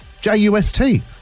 J-U-S-T